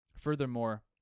Furthermore